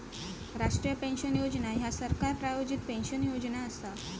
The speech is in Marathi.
राष्ट्रीय पेन्शन योजना ह्या सरकार प्रायोजित पेन्शन योजना असा